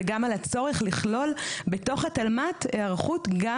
וגם על הצורך לכלול בתוך התלמ"ת היערכות גם